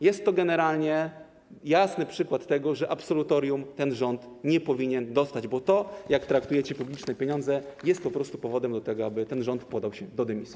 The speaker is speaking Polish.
Jest to generalnie jasny przykład tego, że absolutorium ten rząd nie powinien dostać, bo to, jak traktujecie publiczne pieniądze, jest po prostu powodem do tego, aby ten rząd podał się do dymisji.